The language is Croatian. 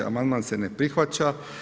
Amandman se ne prihvaća.